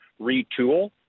retool